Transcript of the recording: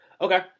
Okay